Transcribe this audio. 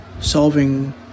solving